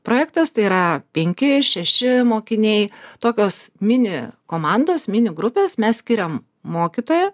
projektas tai yra penki šeši mokiniai tokios mini komandos mini grupes mes skiriam mokytoją